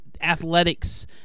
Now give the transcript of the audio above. athletics